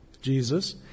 Jesus